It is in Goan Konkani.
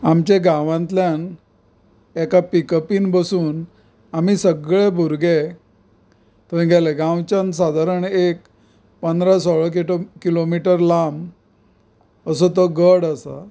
आमच्या गांवांतल्यान एका पिकपीन बसून आमी सगळे भुरगे थंय गेले गांवच्यान सादारण एक पंदरा सोळा किडो किलोमीटर लांब असो तो गड आसा